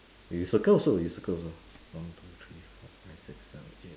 you circle also you circle also one two three four five six seven eight